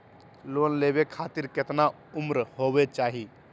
Loan लेवे खातिर केतना उम्र होवे चाही?